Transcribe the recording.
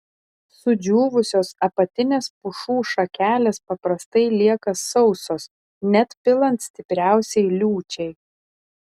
sudžiūvusios apatinės pušų šakelės paprastai lieka sausos net pilant stipriausiai liūčiai